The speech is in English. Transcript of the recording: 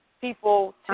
people